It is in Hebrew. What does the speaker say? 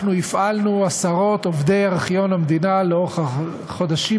אנחנו הפעלנו עשרות עובדי ארכיון המדינה לאורך החודשים